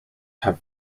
have